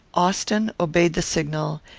austin obeyed the signal,